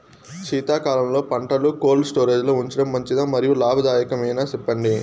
శీతాకాలంలో పంటలు cold storage లో ఉంచడం మంచిదా? మరియు లాభదాయకమేనా, సెప్పండి